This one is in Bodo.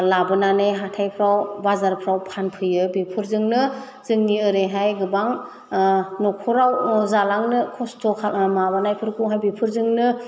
लाबोनानै हाथाइफ्राव बाजारफ्राव फानफैयो बेफोरजोंनो जोंनि ओरैहाय गोबां न'खराव जालांनो खस्थ' माबानाय फोरखौहाय बेफोरजोंनो